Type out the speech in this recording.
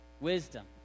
wisdom